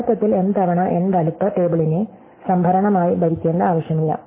യഥാർത്ഥത്തിൽ m തവണ n വലുപ്പ ടെബിളിനെ സംഭരണമായി ഭരിക്കേണ്ട ആവശ്യമില്ല